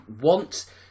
want